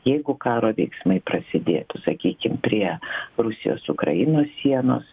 jeigu karo veiksmai prasidėtų sakykim prie rusijos ukrainos sienos